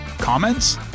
Comments